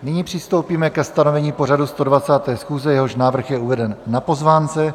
Nyní přistoupíme ke stanovení pořadu 120. schůze, jehož návrh je uveden na pozvánce.